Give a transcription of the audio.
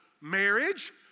marriage